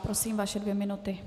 Prosím, vaše dvě minuty.